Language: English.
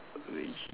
which